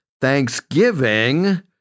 thanksgiving